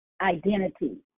Identity